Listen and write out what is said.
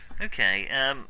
okay